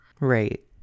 right